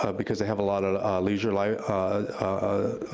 ah because they have a lot of leisure, like ah,